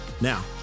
Now